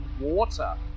water